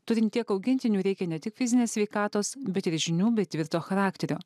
turint tiek augintinių reikia ne tik fizinės sveikatos bet ir žinių bei tvirto charakterio